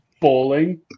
bowling